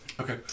Okay